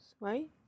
right